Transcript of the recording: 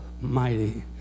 mighty